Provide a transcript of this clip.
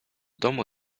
domu